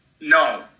No